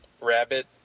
rabbit